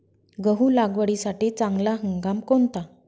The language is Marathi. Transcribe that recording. गहू लागवडीसाठी चांगला हंगाम कोणता?